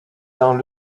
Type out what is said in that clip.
dans